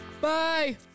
Bye